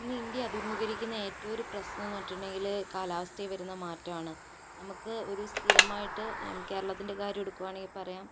ഇന്ന് ഇന്ത്യ അഭിമുഖീകരിക്കുന്ന ഏറ്റവും ഒരു പ്രശ്നം എന്ന് പറഞ്ഞിട്ടുണ്ടങ്കിൽ കാലാവസ്ഥയിൽ വരുന്ന മാറ്റമാണ് നമുക്ക് ഒരു സ്ഥിരമായിട്ട് കേരളത്തിൻ്റെ കാര്യം എടുക്കുകയാണെങ്കിൽ പറയാം